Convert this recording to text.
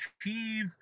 achieve